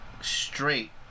straight